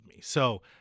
So-